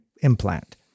implant